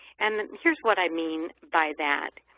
and here's what i mean by that.